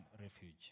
refuge